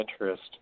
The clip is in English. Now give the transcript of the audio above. interest